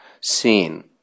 seen